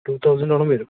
two തൗസൻഡോളം വരും